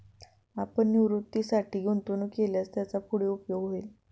आपण निवृत्तीसाठी गुंतवणूक केल्यास त्याचा पुढे उपयोग होईल